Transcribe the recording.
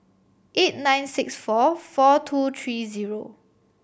eight nine six four four two three zero